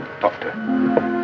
Doctor